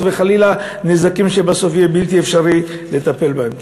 וחלילה נזקים שבסוף יהיה בלתי אפשרי לטפל בהם.